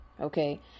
Okay